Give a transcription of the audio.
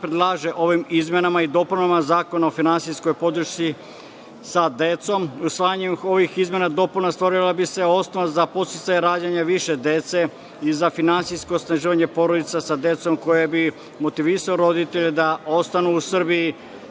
predlaže ovim izmenama i dopunama Zakona o finansijskoj podršci porodici sa decom, usvajanjem ovih izmena i dopuna stvorila bi se osnova za podsticaj rađanja više dece i za finansijsko osnaživanje porodica sa decom koje bi motivisalo roditelje da ostanu u Srbiji,